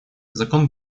закон